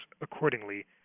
accordingly